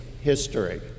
history